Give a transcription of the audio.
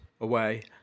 away